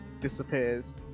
disappears